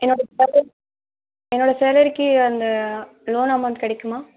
என்னோட சேலரி என்னோட சேலரிக்கு அந்த லோன் அமௌண்ட் கிடைக்குமா